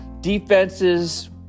defenses